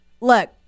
Look